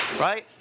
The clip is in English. Right